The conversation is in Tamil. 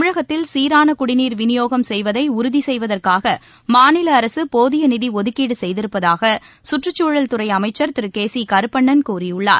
தமிழகத்தில் சீரான குடிநீர் விநியோகம் செய்வதை உறுதி செய்வதற்காக மாநில அரசு போதிய நிதி ஒதுக்கீடு செய்திருப்பதாக கற்றுச்சூழல் துறை அமைச்சர் திரு கே சி கருப்பண்ணன் கூறியுள்ளார்